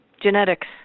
Genetics